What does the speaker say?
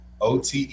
OTE